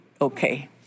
okay